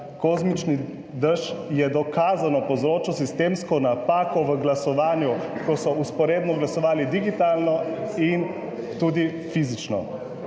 kozmični dež je dokazano povzročil sistemsko napako v glasovanju, ko so vzporedno glasovali digitalno in tudi fizično.